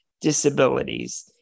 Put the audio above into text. disabilities